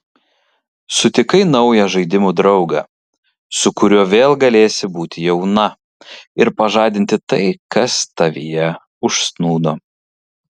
sutikai naują žaidimų draugą su kuriuo vėl galėsi būti jauna ir pažadinti tai kas tavyje užsnūdo